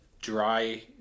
dry